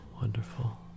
wonderful